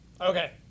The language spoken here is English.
Okay